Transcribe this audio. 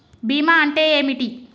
బీమా అంటే ఏమిటి?